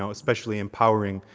know, specially empowering,